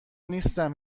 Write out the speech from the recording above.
نیستم